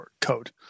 code